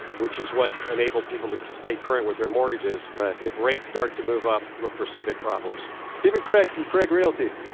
which is what enabled people to stay current with their mortgages. if rates start to move up, look for some big problems steven craig from craig realty.